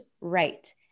right